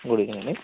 good evening అండి